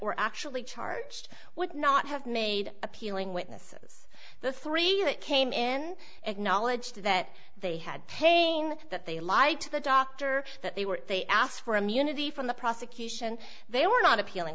were actually charged would not have made appealing witnesses the three that came in and knowledge that they had pain that they lied to the doctor that they were they asked for immunity from the prosecution they were not appealing